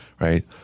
right